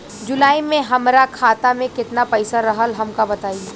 जुलाई में हमरा खाता में केतना पईसा रहल हमका बताई?